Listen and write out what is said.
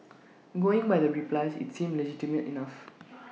going by the replies IT seems legitimate enough